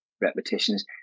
Repetitions